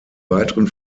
weiteren